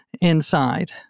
inside